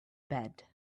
bed